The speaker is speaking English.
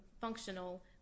functional